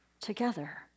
Together